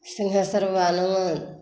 सिन्घेश्वर बाबा लग